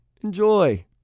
Enjoy